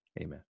Amen